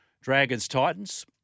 Dragons-Titans